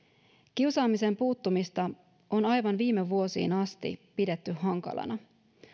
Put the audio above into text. kiusaamiseen puuttumista on aivan viime vuosiin asti pidetty hankalana